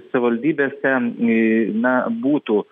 savivaldybėse iii na būtų